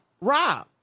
Rob